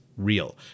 Real